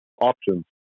options